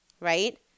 Right